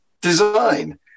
design